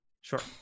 Sure